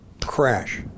crash